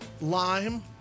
lime